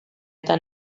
eta